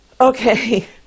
Okay